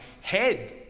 head